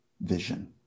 vision